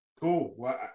Cool